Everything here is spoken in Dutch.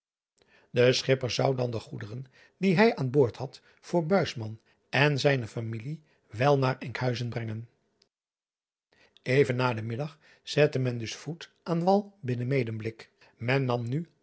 e schipper zou dan de goederen die hij aan boord had voor en zijne familie wel naar nkhuizen brengen ven na den middag zette men dus voet aan wal binnen edenblik en nam nu